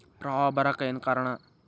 ಪ್ರವಾಹ ಬರಾಕ್ ಏನ್ ಕಾರಣ?